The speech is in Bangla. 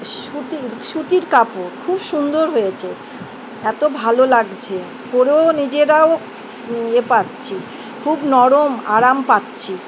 সুতির সুতির কাপড় খুব সুন্দর হয়েছে এত ভালো লাগছে পরেও নিজেরাও ইয়ে পাচ্ছি খুব নরম আরাম পাচ্ছি